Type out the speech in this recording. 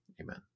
amen